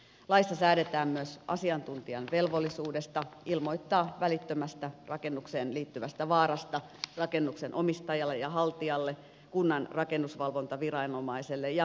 laissa säädetään myös asiantuntijan velvollisuudesta ilmoittaa välittömästä rakennukseen liittyvästä vaarasta rakennuksen omistajalle ja haltijalle kunnan rakennusvalvontaviranomaiselle ja pelastusviranomaiselle